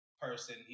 person